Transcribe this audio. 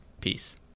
Peace